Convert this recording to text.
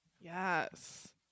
Yes